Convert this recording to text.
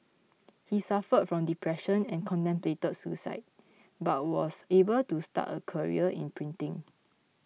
he suffered from depression and contemplated suicide but was able to start a career in printing